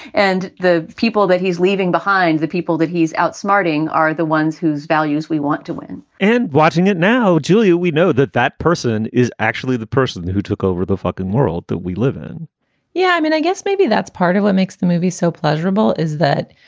and the people that he's leaving behind, the people that he's outsmarting outsmarting are the ones whose values we want to win and watching it now, julia, we know that that person is actually the person who took over the fucking world that we live in yeah. i mean, i guess maybe that's part of what makes the movie so pleasurable is that